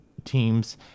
teams